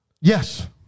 Yes